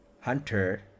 Hunter